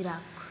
Iraq